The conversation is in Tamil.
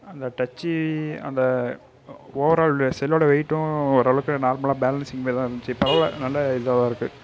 அந்த டச் அந்த ஓவரால் செல்லோட வெயிட்டும் ஓரளவுக்கு நார்மலாக பேலன்ஸ் இருந்துச்சு பரவாயில்ல நல்ல இதுவாக தான் இருக்குது